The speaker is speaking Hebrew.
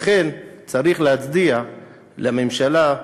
לכן צריך להצדיע לממשלה,